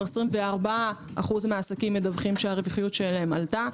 24% מהעסקים מדווחים שהרווחיות שלהם עלתה,